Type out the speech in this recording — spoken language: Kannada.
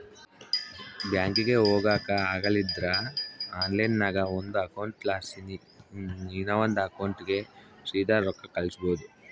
ಬ್ಯಾಂಕಿಗೆ ಹೊಗಾಕ ಆಗಲಿಲ್ದ್ರ ಆನ್ಲೈನ್ನಾಗ ಒಂದು ಅಕೌಂಟ್ಲಾಸಿ ಇನವಂದ್ ಅಕೌಂಟಿಗೆ ಸೀದಾ ರೊಕ್ಕ ಕಳಿಸ್ಬೋದು